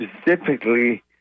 specifically